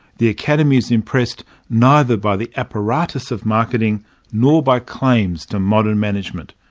the academy is impressed neither by the apparatus of marketing nor by claims to modern management.